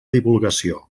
divulgació